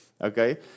Okay